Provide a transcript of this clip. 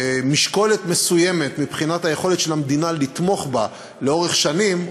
משקולת מסוימת מבחינת היכולת של המדינה לתמוך בו לאורך שנים,